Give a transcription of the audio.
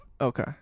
Okay